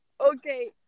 Okay